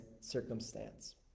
circumstance